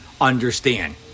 understand